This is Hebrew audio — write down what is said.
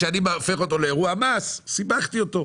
כשאני בא והופך אותו לאירוע מס סיבכתי אותו.